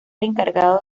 encargado